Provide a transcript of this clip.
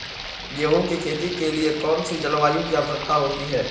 गेंहू की खेती के लिए कौन सी जलवायु की आवश्यकता होती है?